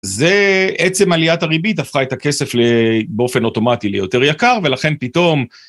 זה עצם עליית הריבית, הפכה את הכסף באופן אוטומטי ליותר יקר ולכן פתאום...